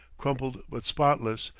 crumpled but spotless,